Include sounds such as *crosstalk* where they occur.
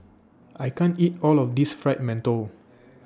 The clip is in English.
*noise* I can't eat All of This Fried mantou